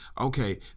okay